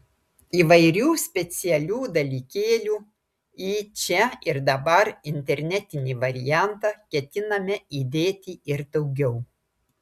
įvairių specialių dalykėlių į čia ir dabar internetinį variantą ketiname įdėti ir daugiau